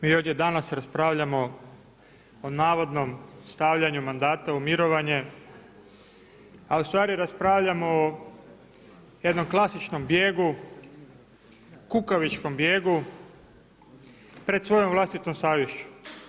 Mi ovdje danas raspravljamo o navodnom stavljanju mandata u mirovanje, a ustvari raspravljamo o jednom klasičnom bijegu, kukavičkom bijegu pred svojom vlastitom savješću.